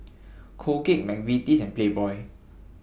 Colgate Mcvitie's and Playboy